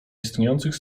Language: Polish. istniejących